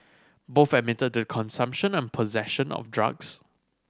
both admitted to consumption and possession of drugs